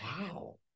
Wow